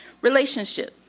Relationship